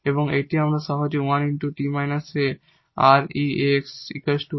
এবং এটিও আমরা সহজেই 1 𝐷−𝑎 𝑟 𝑒 𝑎𝑥 𝑥 𝑟 𝑟